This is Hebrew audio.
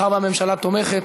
מאחר שהממשלה תומכת,